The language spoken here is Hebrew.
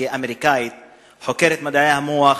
שהיא אמריקנית חוקרת מדעי המוח